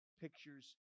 pictures